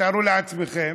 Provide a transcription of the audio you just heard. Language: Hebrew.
תארו לעצמכם